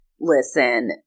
listen